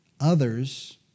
others